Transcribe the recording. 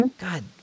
god